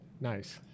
Nice